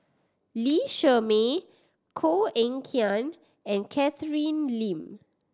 Lee Shermay Koh Eng Kian and Catherine Lim